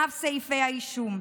ואף סעיפי האישום.